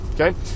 Okay